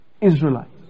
Israelites